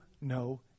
no